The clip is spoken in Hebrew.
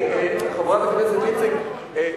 הוא אמר: